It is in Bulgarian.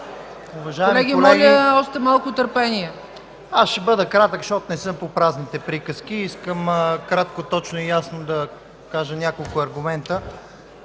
Колеги, моля за още малко търпение! СВЕТЛИН ТАНЧЕВ: Аз ще бъда кратък, защото не съм по празните приказки. Искам кратко, точно и ясно да кажа няколко аргумента.